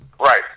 Right